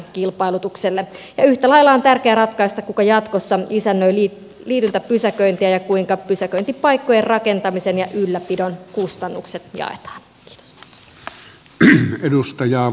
yhtä lailla on tärkeää ratkaista kuka jatkossa isännöi liityntäpysäköintiä ja kuinka pysäköintipaikkojen rakentamisen ja ylläpidon kustannukset jaetaan